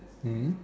mm